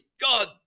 God